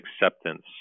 acceptance